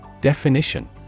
Definition